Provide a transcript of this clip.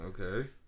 Okay